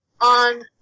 on